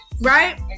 right